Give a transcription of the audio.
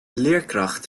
leerkracht